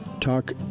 Talk